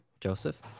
Joseph